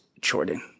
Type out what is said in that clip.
Jordan